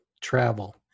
travel